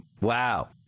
Wow